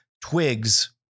twigs